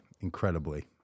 incredibly